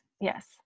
Yes